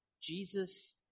Jesus